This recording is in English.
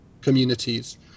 communities